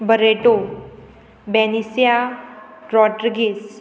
Barreto Benicia Rodrigues